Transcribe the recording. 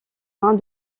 mains